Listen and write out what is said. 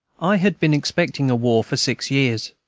i had been expecting a war for six years,